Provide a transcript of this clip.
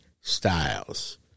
styles